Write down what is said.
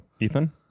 Ethan